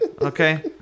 Okay